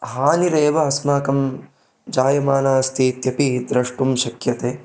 हानिरेव अस्माकं जायमाना अस्ति इत्यपि द्रष्टुं शक्यते